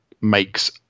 makes